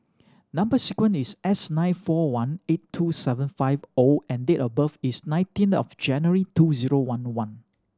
number sequence is S nine four one eight two seven five O and date of birth is nineteen of January two zero one one